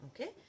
Okay